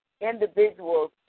individuals